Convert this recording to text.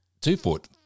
two-foot